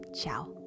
ciao